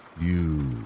You